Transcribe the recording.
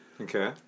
Okay